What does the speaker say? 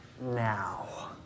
now